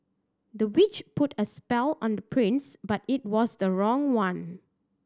the witch put a spell on the prince but it was the wrong one